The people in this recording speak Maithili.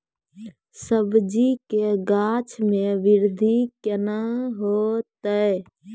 सब्जी के गाछ मे बृद्धि कैना होतै?